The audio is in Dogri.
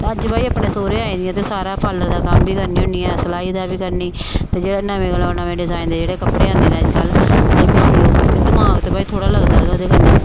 ते अज्ज भाई अपने सोह्रे आई दी आं ते सारा पार्लर दा कम्म बी करनी होन्नीं आं सलाई दा बी करनी ते जेह्ड़ा नमें कोला दा नमें डिजाइन दे जेह्ड़े कपड़े आंदे न अज्जकल एह् बी सियो ते दमाक ते भाई थोह्ड़ा लगदा गै ऐ ओह्दे कन्नै